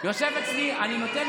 יושב אצלי, אני נותן